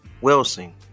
Wilson